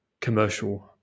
commercial